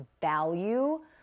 value